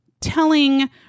telling